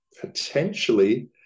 potentially